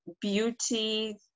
beauty